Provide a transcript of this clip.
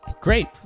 Great